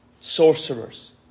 sorcerers